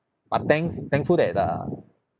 but thank thankful that err